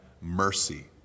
mercy